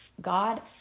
God